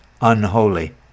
unholy